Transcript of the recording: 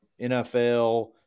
NFL